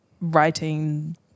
writing